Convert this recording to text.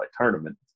tournament